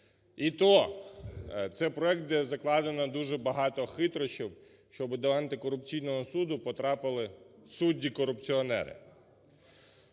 І то, це проект, де закладено дуже багато хитрощів, щоб до антикорупційного суду потрапили судді-корупціонери.